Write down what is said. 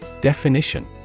Definition